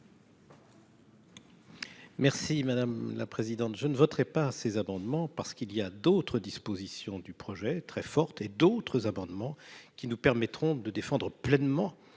Merci madame la présidente, je ne voterai pas ces amendements parce qu'il y a d'autres dispositions du projet très forte et d'autres amendements qui nous permettront de défendre pleinement